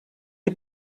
die